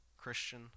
Christian